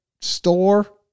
store